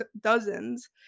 dozens